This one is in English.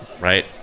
right